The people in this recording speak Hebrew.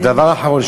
הדבר האחרון,